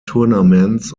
tournaments